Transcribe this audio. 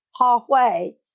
halfway